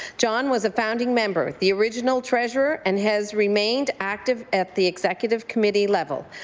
john was a founding member, the original treasurer and has remained active at the executive committee level.